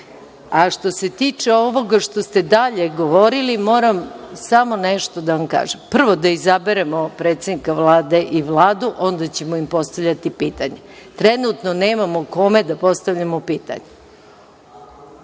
se tiče ovog što ste dalje govorili, moram samo nešto da vam kažem, prvo da izaberemo predsednika Vlade i Vladu, onda ćemo im postavljati pitanja. Trenutno nemamo kome da postavljamo pitanja,